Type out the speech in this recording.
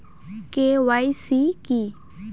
KYC কী?